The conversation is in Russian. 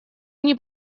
они